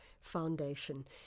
Foundation